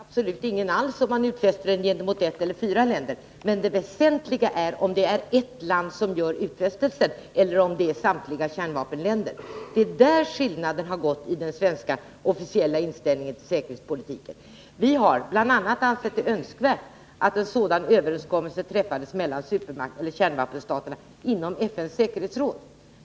Herr talman! Det är absolut ingen skillnad alls mellan en utfästelse gentemot ett land och en som gäller gentemot fem länder. Det väsentliga är om det är eft land som gör utfästelsen eller om den görs av samtliga kärnvapenländer. Det är där som skiljelinjen har gått mellan den svenska officiella inställningen och Maj Britt Theorin beträffande säkerhetspolitiken. Vi har bl.a. ansett det önskvärt att en överenskommelse om garantier på detta område träffas mellan supermakterna och kärnvapenstaterna inom FN:s säkerhetsråd.